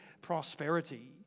prosperity